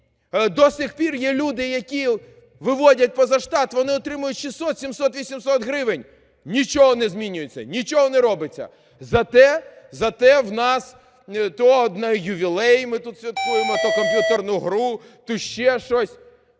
до сих пір є люди, яких виводять поза штат, вони отримують 600, 700, 800 гривень. Нічого не змінюється, нічого не робиться! Зате в нас то ювілей ми тут святкуємо, то комп'ютерну гру, то ще щось.